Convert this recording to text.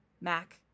Mac